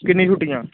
ਕਿੰਨੀਆਂ ਛੁੱਟੀਆਂ